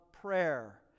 prayer